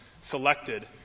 selected